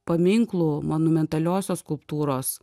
paminklų monumentaliosios skulptūros